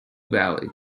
valley